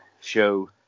show